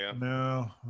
No